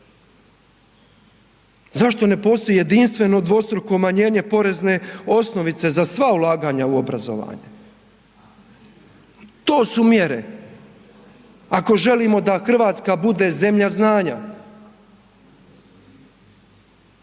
Zašto ne postoji jedinstveno dvostruko umanjenje porezne osnovice za sva ulaganja u obrazovanje? To su mjere, ako želimo da Hrvatska bude zemlja znanja.